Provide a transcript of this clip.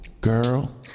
Girl